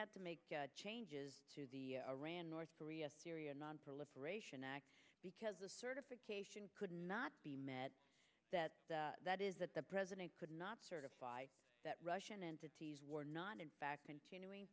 had to make changes to the iran north korea syria nonproliferation act because the certification could not be met that is that the president could not certify that russian entities were not in fact continuing